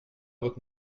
votre